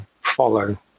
follow